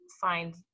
find